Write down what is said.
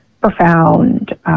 profound